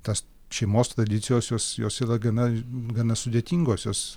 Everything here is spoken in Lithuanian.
tas šeimos tradicijos jos jos yra gana gana sudėtingos jos